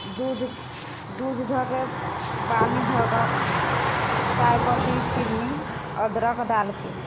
दूध दूध धऽके पानी धऽके चाइपत्ती चीनी अदरक डालिके